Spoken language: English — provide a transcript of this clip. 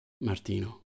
Martino